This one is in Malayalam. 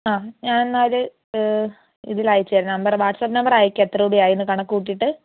ആ ഞാൻ എന്നാൽ ഇതിൽ അയച്ച് തരാം നമ്പർ വാട്സ്ആപ്പ് നമ്പർ അയക്കാം എത്ര കൂടെ ആ അയിന്ന് കണക്ക് കൂട്ടിയിട്ട്